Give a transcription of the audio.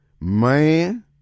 Man